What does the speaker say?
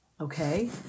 Okay